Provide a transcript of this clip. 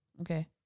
Okay